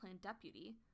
deputy